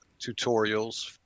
tutorials